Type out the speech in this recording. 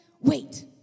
Wait